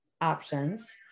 options